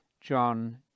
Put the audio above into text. John